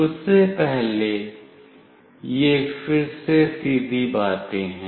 उससे पहले ये फिर से सीधी बातें हैं